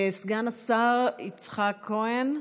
סגן השר יצחק כהן,